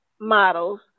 models